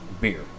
beer